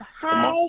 Hi